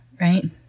right